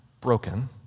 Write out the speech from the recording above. broken